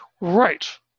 Right